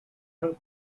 her